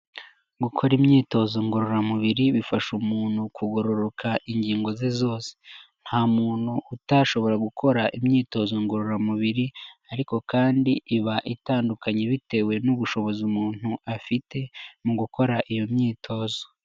Gukora imyitozo ngororamubiri bifasha umuntu kugororoka ingingo ze zose. Nta muntu utashobora gukora imyitozo ngororamubiri, ariko kandi iba itandukanye bitewe n'ubushobozi umuntu afite mu gukora iyo myitozo.